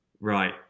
right